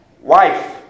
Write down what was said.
wife